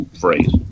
phrase